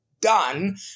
done